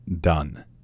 done